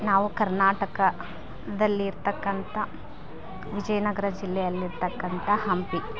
ನಾವು ಕರ್ನಾಟಕದಲ್ಲಿರತಕ್ಕಂಥ ವಿಜಯನಗರ ಜಿಲ್ಲೆಯಲ್ಲಿ ಇರತಕ್ಕಂಥ ಹಂಪಿ